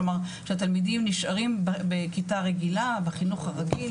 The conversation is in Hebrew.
כלומר שהתלמידים נשארים בכיתה רגילה בחינוך הרגיל